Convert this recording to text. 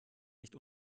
nicht